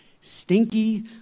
stinky